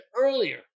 earlier